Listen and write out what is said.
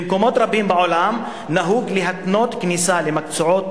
במקומות רבים בעולם נהוג להתנות כניסה למקצועות